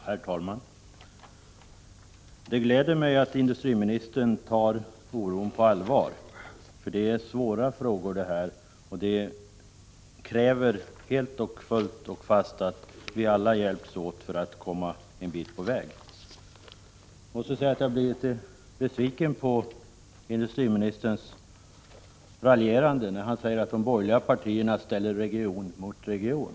Herr talman! Det gläder mig att industriministern ser allvarligt på den oro som man upplever. Det här är ju svåra frågor. Det krävs därför att vi alla helt och fullt hjälps åt för att vi skall kunna komma en bit på vägen. Jag måste emellertid säga att jag blev litet besviken över industriministerns raljerande. Industriministern sade att de borgerliga partierna ställer region mot region.